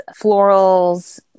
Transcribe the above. florals